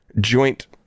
joint